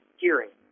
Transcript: hearing